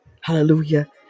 Hallelujah